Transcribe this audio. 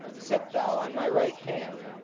sit thou on my right hand,